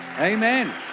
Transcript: Amen